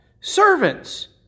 Servants